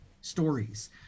stories